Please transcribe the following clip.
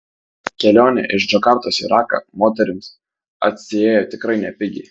kelionė iš džakartos į raką moterims atsiėjo tikrai nepigiai